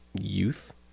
youth